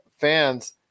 fans